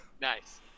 Nice